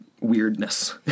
weirdness